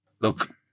look